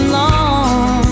long